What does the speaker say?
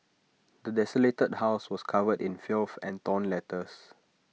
the desolated house was covered in filth and torn letters